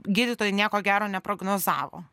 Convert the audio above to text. gydytojai nieko gero neprognozavo